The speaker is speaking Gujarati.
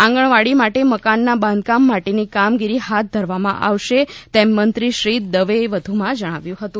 આંગણવાડી માટે મકાનના બાંધકામ માટેની કામગીરી હાથ ધરવામાં આવશે તેમ મંત્રીશ્રી દવેએ વધુમાં જણાવ્યું હતું